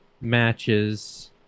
matches